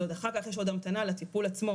אחר כך יש עוד המתנה לטיפול עצמו,